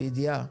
לידיעה,